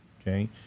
Okay